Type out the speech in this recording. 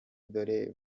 dore